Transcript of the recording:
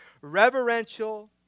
reverential